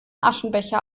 aschenbecher